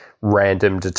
random